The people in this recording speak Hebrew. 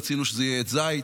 רצינו שזה יהיה עץ זית